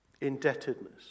indebtedness